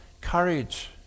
courage